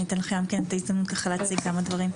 אני אתן לך גם כן את ההזדמנות להציג כמה דברים.